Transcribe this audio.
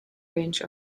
range